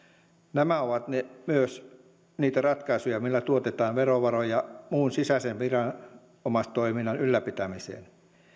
nämä ovat myös niitä ratkaisuja millä tuotetaan verovaroja muun sisäisen viranomaistoiminnan ylläpitämiseen